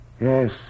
Yes